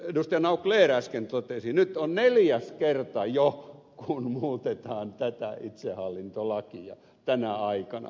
naucler äsken totesi jo neljäs kerta kun muutetaan tätä itsehallintolakia tänä aikana